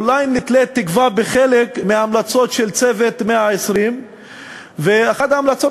אולי נתלה תקווה בחלק מהמלצות של "צוות 120". אחת ההמלצות